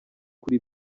kuri